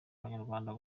abanyarwanda